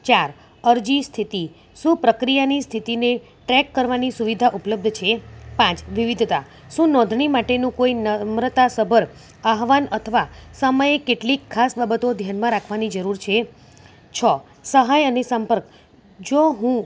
ચાર અરજી સ્થિતિ શું પ્રક્રિયાની સ્થિતિને ટ્રેક કરવાની સુવિધા ઉપલબ્ધ છે પાંચ વિવિધતા શું નોંધણી માટેનું કોઈ નમ્રતાસભર આહ્વાન અથવા સમયે કેટલી ખાસ બાબતો ધ્યાનમાં રાખવાની જરૂર છે છ સહાય અને સંપર્ક જો હું